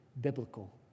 biblical